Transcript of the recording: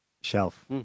shelf